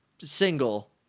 single